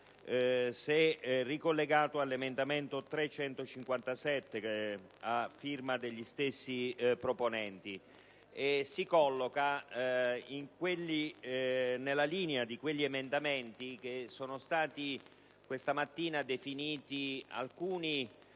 se ricollegato all'emendamento 3.157, a firma degli stessi proponenti. Esso si colloca nella linea di quegli emendamenti che questa mattina sono stati